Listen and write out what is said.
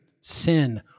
sin